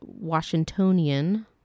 Washingtonian